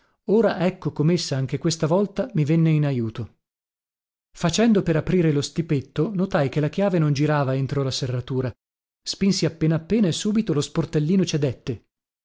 ora ecco comessa anche questa volta mi venne in ajuto facendo per aprire lo stipetto notai che la chiave non girava entro la serratura spinsi appena appena e subito lo sportellino cedette